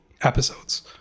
episodes